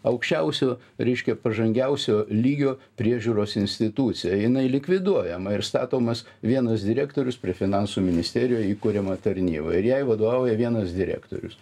aukščiausio reiškia pažangiausio lygio priežiūros institucija jinai likviduojama ir statomas vienas direktorius prie finansų ministerijoj įkuriama tarnyba ir jai vadovai vienas direktorius